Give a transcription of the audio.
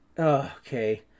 Okay